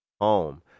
home